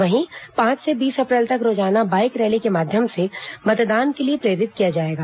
वहीं पांच से बीस अप्रैल तक रोजाना बाईक रैली के माध्यम से मतदान के लिए प्रेरित किया जाएगा